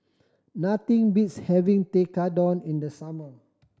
nothing beats having Tekkadon in the summer